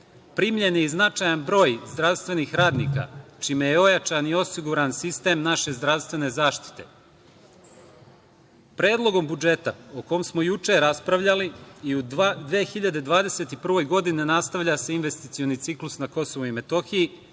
Primljen je i značajan broj zdravstvenih radnika, čime je ojačan i osiguran sistem naše zdravstvene zaštite. Predlogom budžeta o kom smo juče raspravljali i u 2021. godini nastavlja se investicioni ciklus na Kosovu i Metohiji